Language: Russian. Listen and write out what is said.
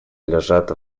лежат